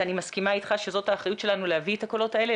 ואני מסכימה איתך שזאת האחריות שלנו להביא את הקולות האלה,